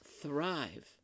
thrive